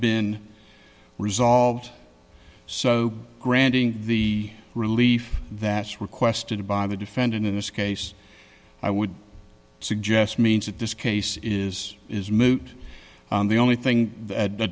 been resolved so granting the relief that requested by the defendant in this case i would suggest means that this case is is moot the only thing that